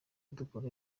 dukora